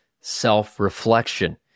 self-reflection